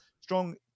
Strong